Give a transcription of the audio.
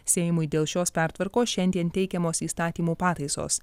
seimui dėl šios pertvarkos šiandien teikiamos įstatymų pataisos